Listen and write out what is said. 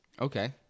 Okay